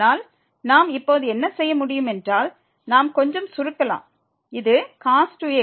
ஆனால் நாம் இப்போது என்ன செய்ய முடியும் என்றால் நாம் கொஞ்சம் சுருக்கலாம் இது cos 2x